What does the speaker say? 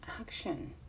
action